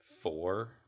four